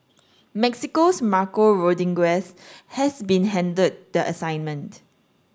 Mexico's Marco Rodriguez has been handed the assignment